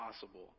possible